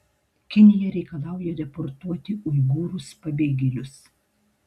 kinija reikalauja deportuoti uigūrus pabėgėlius